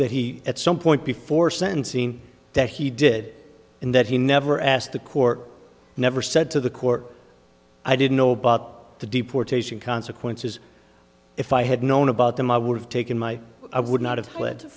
that he at some point before sentencing that he did in that he never asked the court never said to the court i didn't know about the deportation consequences if i had known about them i would have taken my i would not have